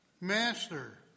Master